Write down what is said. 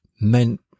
meant